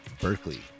berkeley